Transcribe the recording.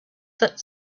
that